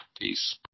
Peace